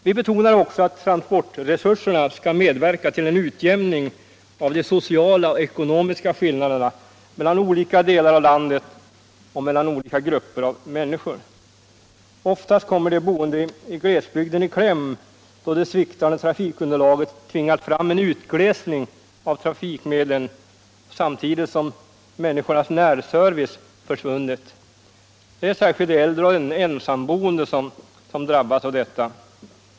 Vi betonar också att transportresurserna skall medverka till en utjäm ning av de sociala och ekonomiska skillnaderna mellan olika delar av landet och mellan olika grupper av människor. Oftast kommer de boende i glesbygden i kläm då det sviktande trafikunderlaget tvingat fram en utglesning av trafikmedlen samtidigt som människornas närservice försvunnit. Det är särskilt de äldre och ensamboende som drabbats av detta.